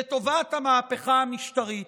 לטובת המהפכה המשטרית.